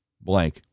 blank